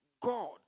God